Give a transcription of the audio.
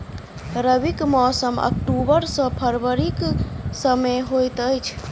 रबीक मौसम अक्टूबर सँ फरबरी क समय होइत अछि